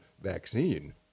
vaccine